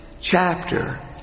chapter